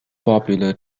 popular